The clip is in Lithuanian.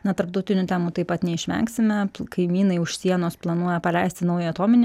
na tarptautinių temų taip pat neišvengsime kaimynai už sienos planuoja paleisti naują atominę